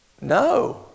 No